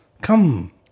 Come